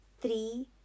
three